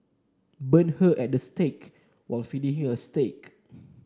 burn her at the stake while feeding her a steak